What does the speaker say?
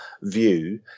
view